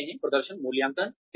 प्रदर्शन मूल्यांकन क्या है